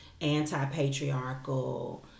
anti-patriarchal